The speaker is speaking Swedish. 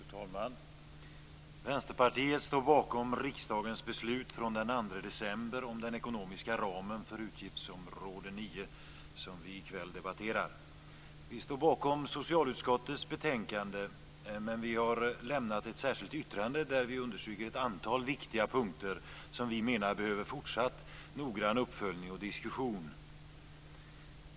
Fru talman! Vänsterpartiet står bakom riksdagens beslut från den 2 december om den ekonomiska ramen för utgiftsområde 9, som vi i kväll debatterar. Vi står bakom socialutskottets betänkande, men vi har lämnat ett särskilt yttrande där vi understryker ett antal viktiga punkter som vi menar behöver fortsatt noggrann uppföljning och diskussion.